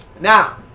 Now